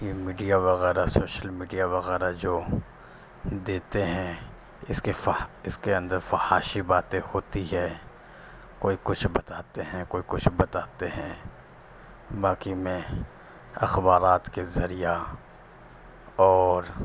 یہ میڈیا وغیرہ social media وغیرہ جو دیتے ہیں اس کے فحا اس کے اندر فحاشی باتیں ہوتی ہے کوئی کچھ بتاتے ہیں کوئی کچھ بتاتے ہیں باقی میں اخبارات کے ذریعہ اور